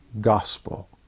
gospel